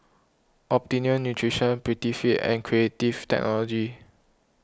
Optimum Nutrition Prettyfit and Creative Technology